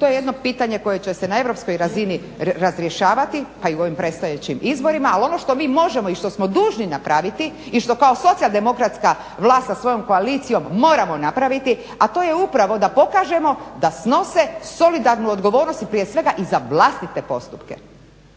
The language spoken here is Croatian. To je jedno pitanje koje će se na europskoj razini razrješavati, pa i u ovim predstojećim izborima, ali ono što mi možemo i što smo dužni napraviti i što kao socijaldemokratska vlast sa svojom koalicijom moramo napraviti, a to je upravo da pokažemo da snose solidarnu odgovornost i prije svega i za vlastite postupke